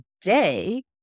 today